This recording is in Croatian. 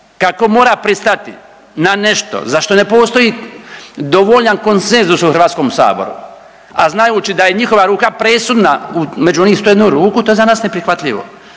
kako mora pristati na nešto za što ne postoji dovoljan konsenzus u HS-u, a znajući da je njihova ruka presudna među onih 101 ruku to je za nas neprihvatljivo,